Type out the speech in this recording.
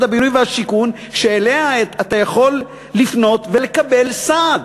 הבינוי והשיכון שאליה אתה יכול לפנות ולקבל סעד,